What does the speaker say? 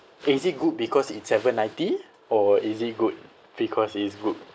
is it good because it's seven ninety or is it good because it's good